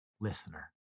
listener